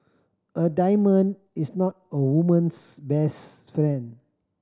a diamond is not a woman's best friend